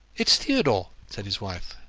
it's theodore, said his wife,